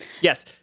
yes